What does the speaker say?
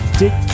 dick